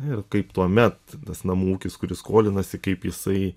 ir kaip tuomet tas namų ūkis kuris skolinasi kaip jisai